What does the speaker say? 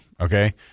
okay